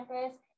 campus